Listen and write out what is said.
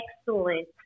excellent